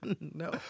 no